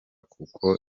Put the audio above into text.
kuko